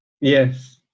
Yes